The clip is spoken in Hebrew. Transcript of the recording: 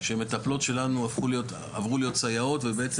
שמטפלות שלנו עברו להיות סייעות ובעצם,